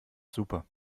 super